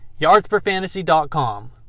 Yardsperfantasy.com